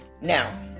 now